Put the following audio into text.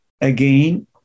again